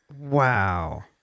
Wow